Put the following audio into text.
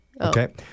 Okay